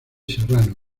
serrano